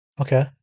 Okay